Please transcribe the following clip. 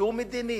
שהוא מדיני,